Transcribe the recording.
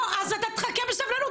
לא, אז אתה תחכה בסבלנות.